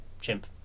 chimp